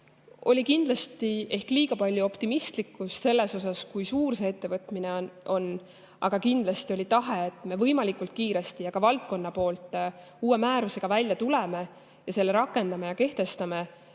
oli kindlasti liiga palju optimistlikkust selles, kui suur see ettevõtmine on, aga kindlasti oli tahe, et me võimalikult kiiresti ja ka valdkonna [abil] uue määrusega välja tuleme ja selle rakendame ning kehtestame,